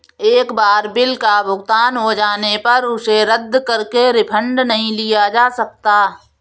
एक बार बिल का भुगतान हो जाने पर उसे रद्द करके रिफंड नहीं लिया जा सकता